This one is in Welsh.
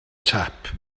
tap